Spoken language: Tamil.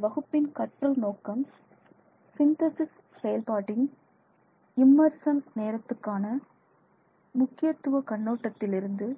இந்த வகுப்பின் கற்றல் நோக்கம் சிந்தேசிஸ் செயல்பாட்டின் இம்மர்சன் நேரத்துக்கான முக்கியத்துவ கண்ணோட்டத்திலிருந்து